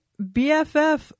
BFF